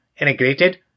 integrated